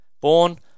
born